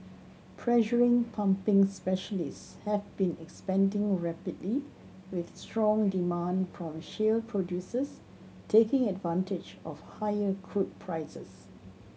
pressure pumping specialists have been expanding rapidly with strong demand from shale producers taking advantage of higher crude prices